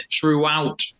throughout